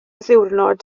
ddiwrnod